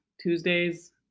Tuesdays